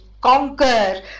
conquer